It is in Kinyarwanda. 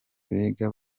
biga